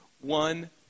One